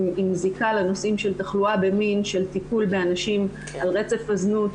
עם זיקה לנושאים של תחלואה בטיפול באנשים על רצף הזנות